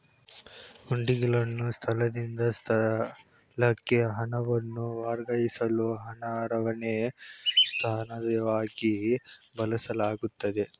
ಹುಂಡಿಗಳನ್ನು ಸ್ಥಳದಿಂದ ಸ್ಥಳಕ್ಕೆ ಹಣವನ್ನು ವರ್ಗಾಯಿಸಲು ಹಣ ರವಾನೆ ಸಾಧನವಾಗಿ ಬಳಸಲಾಗುತ್ತೆ